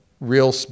real